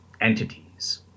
entities